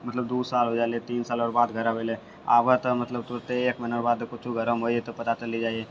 मतलब दू साल हो जाइले तीन साल आओर बाद घर अएलै आबऽ तऽ मतलब तुरन्ते एक महीनारऽ बाद किछु घरमे होइ हइ तऽ पता चलि जाइ हइ